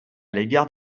l’égard